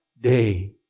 day